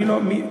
אגב.